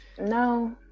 No